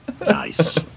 Nice